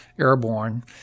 airborne